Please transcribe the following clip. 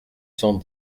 cent